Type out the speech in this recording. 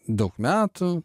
daug metų